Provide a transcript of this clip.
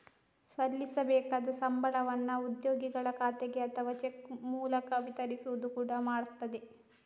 ಸಲ್ಲಬೇಕಾದ ಸಂಬಳವನ್ನ ಉದ್ಯೋಗಿಗಳ ಖಾತೆಗೆ ಅಥವಾ ಚೆಕ್ ಮೂಲಕ ವಿತರಿಸುವುದು ಕೂಡಾ ಮಾಡ್ತದೆ